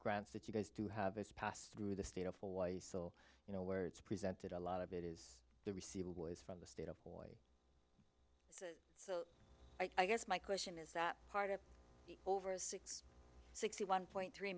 grants that you guys do have is passed through the state of hawaii so you know where it's presented a lot of it is the received was from the state of oil so i guess my question is that part of the over six sixty one point three